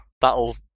that'll